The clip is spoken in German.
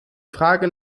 frage